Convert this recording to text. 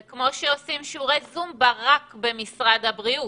זה כמו שעושים שיעורי זומבה רק במשרד הבריאות.